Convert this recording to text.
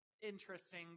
interesting